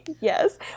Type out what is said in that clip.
Yes